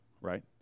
right